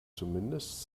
zumindest